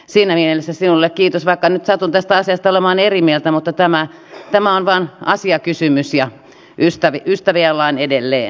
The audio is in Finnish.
siinä mielessä sinulle kiitos vaikka nyt satun tästä asiasta olemaan eri mieltä mutta tämä on vain asiakysymys ja ystäviä ollaan edelleen